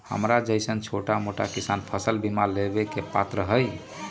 हमरा जैईसन छोटा मोटा किसान फसल बीमा लेबे के पात्र हई?